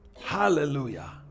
hallelujah